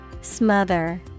Smother